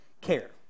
care